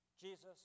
Jesus